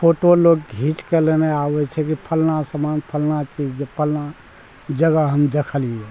photo लोग घीचके लेने आबै छै कि फलना समान फलना चीज जे फलना जगह हम देखलियै